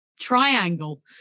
triangle